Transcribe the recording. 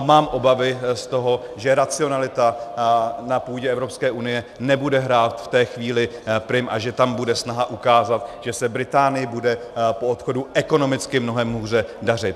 Mám obavy z toho, že racionalita na půdě Evropské unie nebude hrát v té chvíli prim a že tam bude snaha ukázat, že se Británii bude po odchodu ekonomicky mnohem hůře dařit.